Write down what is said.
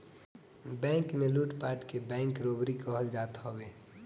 bank में लूटपाट के बैंक रोबरी कहल जात हवे